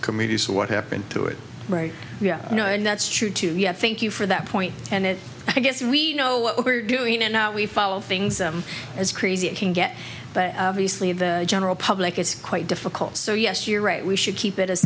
committee so what happened to it right you know and that's true too yes thank you for that point and i guess we know what we're doing and how we follow things i'm as crazy as can get but obviously the general public it's quite difficult so yes you're right we should keep it as